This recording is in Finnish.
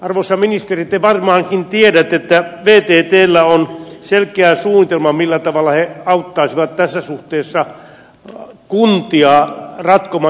arvoisa ministeri te varmaankin tiedätte että vttllä on selkeä suunnitelma millä tavalla he auttaisivat tässä suhteessa kuntia ratkomaan tätä ongelmaa